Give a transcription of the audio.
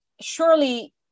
surely